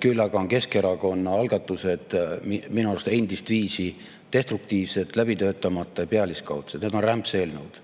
Küll aga on Keskerakonna algatused minu arust endistviisi destruktiivsed, läbi töötamata ja pealiskaudsed. Need on rämpseelnõud.